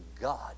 God